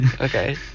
okay